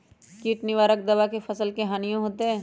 किट निवारक दावा से फसल के हानियों होतै?